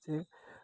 যে